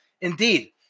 Indeed